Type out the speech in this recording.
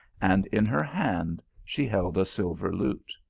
and in her hand she held a silver lute.